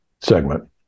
segment